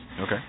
Okay